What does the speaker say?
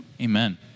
amen